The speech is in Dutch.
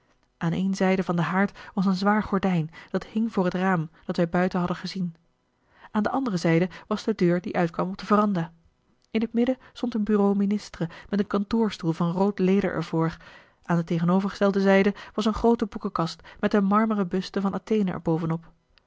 aan een zijde van den haard was een zwaar gordijn dat hing voor het raam dat wij buiten hadden gezien aan de andere zijde was de deur die uitkwam op de veranda in het midden stond een bureau ministre met een kantoorstoel van rood leder er voor aan de tegenovergestelde zijde was een groote boekenkast met een marmeren buste van athene